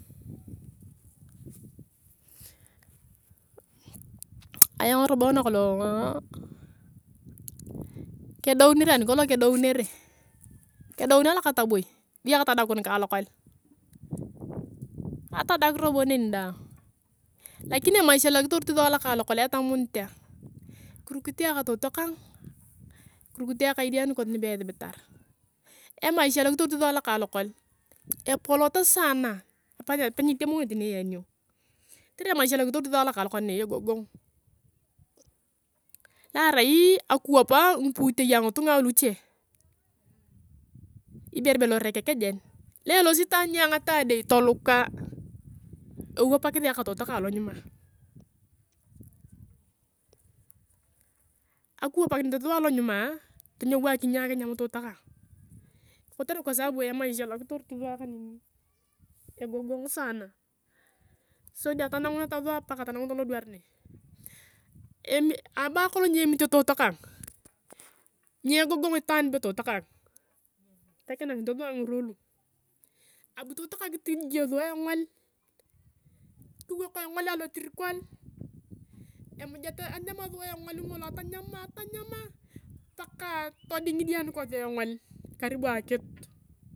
Ayong robo nakolong kedounere anikolong kedounere keclouni ayong alokataboi beyo katadakun kalokol, katadaek robo neni daang lakini emaisha loa kitorit saa alokalokol etamunit ayong. Kirukit ayong ka totokang kurikit ayong ka idia nikosi nibe esibitar emaisha lokitorit sua alokakol epolot saana nape nyechamit tani iyanio. Kotere emaisha loa kitorit sua alokalokol egogong lo arai akiwap ngiputei loa ngitunga aluche ibere be loreke kejea lo elosi itaan nia ngatadei toluka ewapakisi ayong ka totokang alonyuma, kiwapakinet sua alonyuma tonyou akinyang akinyam totokang kotere kwa sabu emaisha lo kitorit sua kangini egogong saana sodi atananguneta sua paka atananguneta lodwar ne. anibo kerai kolong nyiemite totokang nyiegogong itaan be totokang pe kinangit sua ngirwa lu abu totokang kitojio sua engol kiwok engol alotirikwel atanyama sua engol ngolo atanyama paka toding idia nikosi engol karibu akiut.